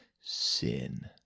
sin